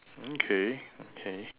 okay okay